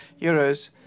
euros